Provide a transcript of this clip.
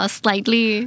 slightly